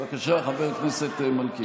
בבקשה, חבר הכנסת מלכיאלי.